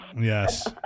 Yes